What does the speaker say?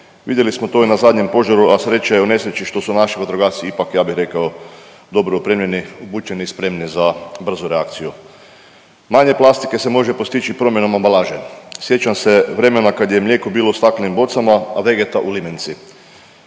Vidjeli smo to i na zadnjem požaru, a sreća je u nesreći što su naši vatrogasci, ipak, ja bih rekao dobro opremljeni, obučeni i spremni za brzu reakciju. Manje plastike se može postići promjenom ambalaže. Sjećam se vremena kad je mlijeko bilo u staklenim bocama, a Vegeta u limenci.